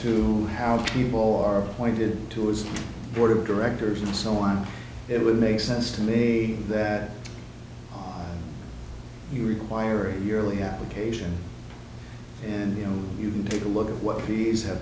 to how people are appointed to his board of directors and so on it would make sense to me that you require a yearly application and you know you can take a look at what he's have